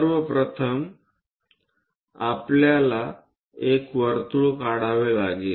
सर्व प्रथम आपल्याला एक वर्तुळ काढावे लागेल